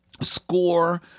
score